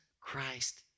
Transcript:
Christ